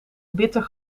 bitter